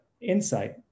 insight